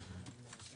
בשאלה.